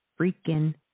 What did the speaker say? freaking